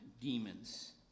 demons